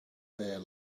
there